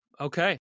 Okay